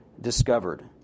discovered